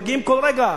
מגיעים כל רגע.